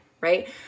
right